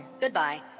Goodbye